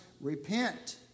repent